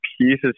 pieces